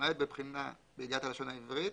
למעט בבחינה בידיעת הלשון העברית,